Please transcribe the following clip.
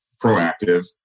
proactive